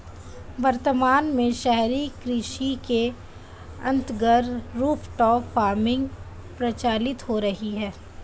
वर्तमान में शहरी कृषि के अंतर्गत रूफटॉप फार्मिंग प्रचलित हो रही है